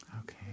Okay